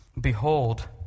Behold